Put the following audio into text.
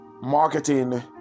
marketing